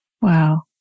Wow